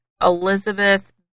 Elizabeth